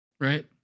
right